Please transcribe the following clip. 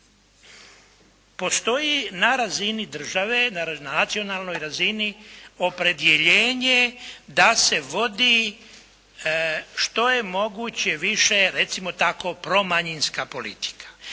Postoji na razini države, na nacionalnoj razini opredjeljenje da se vodi što je moguće više recimo tako, promanjinska politika